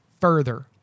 further